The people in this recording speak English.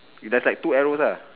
we just like two arrows uh